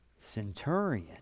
centurion